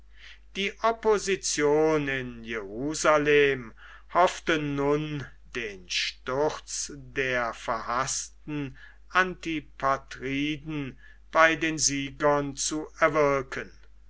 die opposition in jerusalem hoffte nun den sturz der verhaßten antipatriden bei den siegern zu erwirken